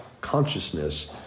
consciousness